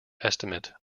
estimate